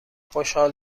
خوشحال